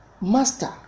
Master